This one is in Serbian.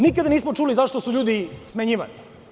Nikada nismo čuli zašto su ljudi smenjivani.